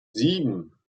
sieben